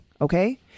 okay